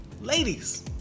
ladies